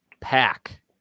Pack